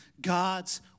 God's